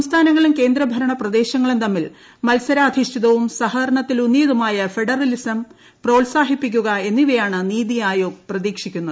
സംസ്ഥാനങ്ങളും കേന്ദ്രഭരണ പ്രദേശങ്ങളും മത്സരാധിഷ്ഠിതവും തമ്മിൽ സഹകരണത്തിലൂന്നിയതുമായ ഫെഡറലിസം പ്രോത്സാഹിപ്പിക്കുക എന്നിവയാണ് നിതി ആയോഗ് പ്രതീക്ഷിക്കുന്നത്